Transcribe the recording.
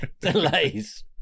Delays